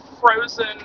frozen